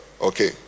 Okay